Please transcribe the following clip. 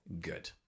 good